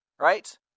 right